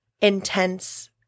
intense